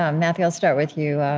um matthew, i'll start with you.